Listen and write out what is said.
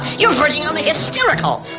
you're verging on the hysterical